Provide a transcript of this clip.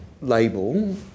label